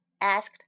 asked